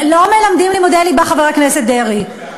לא מלמדים לימודי ליבה, חבר הכנסת דרעי.